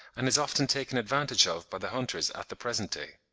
and is often taken advantage of by the hunters at the present day.